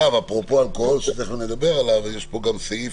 אפרופו אלכוהול שתכף נדבר עליו, יש פה סעיף